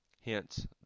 Hence